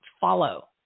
Follow